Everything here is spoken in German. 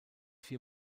vier